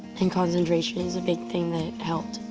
and concentration is a big thing that it helped.